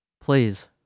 Please